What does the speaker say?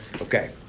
Okay